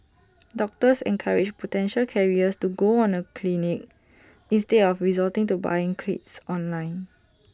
doctors encouraged potential carriers to go on A clinic instead of resorting to buying kits online